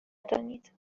ندانید